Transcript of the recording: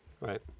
Right